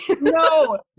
No